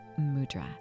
Mudra